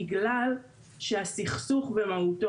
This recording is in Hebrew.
בגלל שהסכסוך במהותו,